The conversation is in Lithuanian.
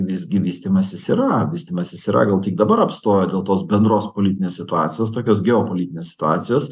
visgi vystymasis yra vystymasis yra gal tik dabar apstojo dėl tos bendros politinės situacijos tokios geopolitinės situacijos